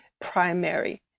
primary